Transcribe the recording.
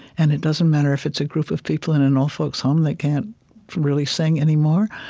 and it doesn't matter if it's a group of people in an old folk's home that can't really sing anymore,